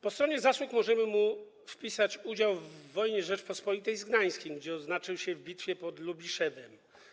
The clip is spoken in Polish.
Po stronie zasług możemy mu zapisać udział w wojnie Rzeczypospolitej z Gdańskiem, gdzie odznaczył się w bitwie pod Lubiszewem.